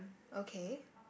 okay